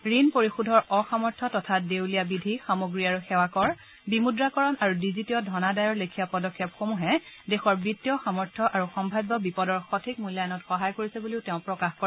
ঋণ পৰিশোধৰ অসামৰ্থ্য তথা দেউলীয়া বিধি সামগ্ৰী আৰু সেৱাকৰ বিমূদ্ৰাকৰণ আৰু ডিজিটীয় ধনাদায়ৰ লেখিয়া পদক্ষেপসমূহে দেশৰ বিত্তীয় সামৰ্থ্য আৰু সম্ভাব্য বিপদৰ সঠিক মূল্যায়ণত সহায় কৰিছে বুলিও তেওঁ প্ৰকাশ কৰে